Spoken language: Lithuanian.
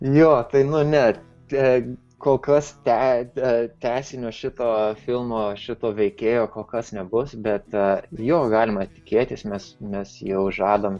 jo tai nu ne ten kokios tę tęsinio šito filmo šito veikėjo kol kas nebus bet jo galima tikėtis nes mes jau žadam